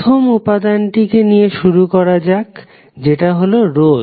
প্রথম উপাদানটিকে নিয়ে শুরু করা যাক যেটা হলো রোধ